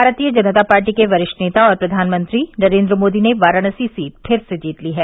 भारतीय जनता पार्टी के वरिष्ठ नेता और प्रघानमंत्री नरेन्द्र मोदी ने वाराणसी सीट फिर से जीत ली है